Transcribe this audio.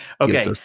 okay